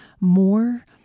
more